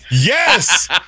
Yes